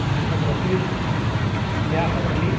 Mohammed Rafiq Liaquat Ali